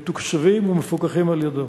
מתוקצבים ומפוקחים על-ידו.